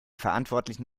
verantwortlichen